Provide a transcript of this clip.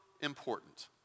important